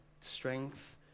strength